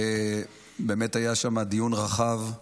היה שם דיון רחב.